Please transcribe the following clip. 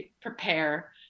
prepare